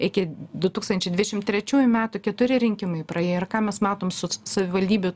iki du tūkstančiai dviešim trečiųjų metų keturi rinkimai praėjo ir ką mes matom su savivaldybių